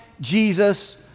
Jesus